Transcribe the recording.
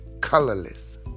colorless